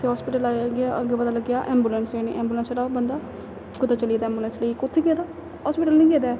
ते हास्पिटल अग्गें पता लग्गेआ ऐंबुलेंस बी हैनी ऐंबुलेंस जेह्ड़ा बंदा कुतै चली गेदा ऐंबुलेंस लेइयै कुत्थै गेदा हास्पिटल निं गेदा ऐ